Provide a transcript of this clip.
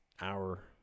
hour